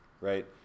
Right